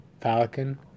Falcon